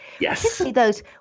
Yes